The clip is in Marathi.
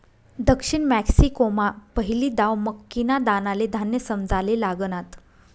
दक्षिण मेक्सिकोमा पहिली दाव मक्कीना दानाले धान्य समजाले लागनात